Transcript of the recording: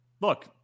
look